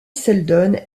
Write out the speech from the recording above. seldon